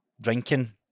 drinking